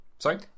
Sorry